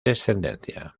descendencia